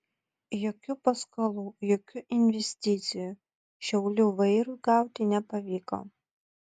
jokių paskolų jokių investicijų šiaulių vairui gauti nepavyko